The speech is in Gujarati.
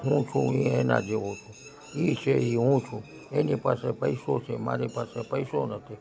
હું છું એ એના જેવો છું એ છે એ હું છું એની પાસે પૈસો છે મારી પાસે પૈસો નથી